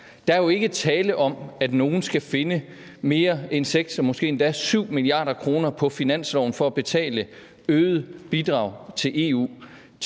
Der er jo ikke tale om, at nogle skal finde mere end 6 og måske endda 7 mia. kr. på finansloven for at betale et øget bidrag til EU,